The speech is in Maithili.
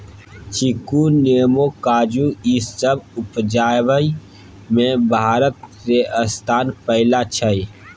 चीकू, नेमो, काजू ई सब उपजाबइ में भारत के स्थान पहिला छइ